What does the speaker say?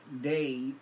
day